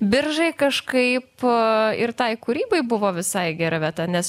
biržai kažkaip ir tai kūrybai buvo visai gera vieta nes